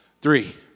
Three